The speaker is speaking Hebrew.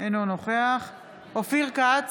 אינו נוכח אופיר כץ,